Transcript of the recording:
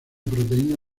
proteína